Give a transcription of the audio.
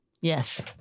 Yes